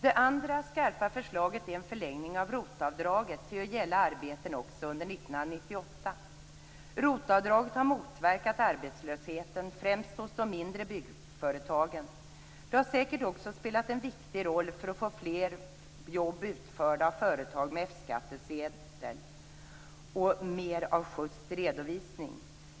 Det andra skarpa förslaget är en förlängning av ROT-avdraget har motverkat arbetslösheten främst hos de mindre byggföretagen och säkert också spelat en viktig roll för att få fler jobb utförda av företag med F-skattsedel och mer av just redovisning.